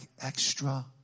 extra